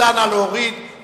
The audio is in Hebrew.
ירים את ידו.